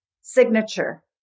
signature